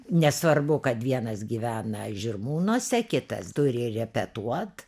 nesvarbu kad vienas gyvena žirmūnuose kitas turi repetuot